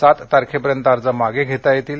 साततारखेपर्यंत अर्ज मागे घेता येतील